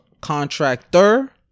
contractor